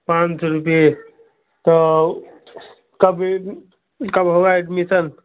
पाँच सौ रुपये तो कब ये कल होगा एडमिशन